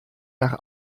nach